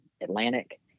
Atlantic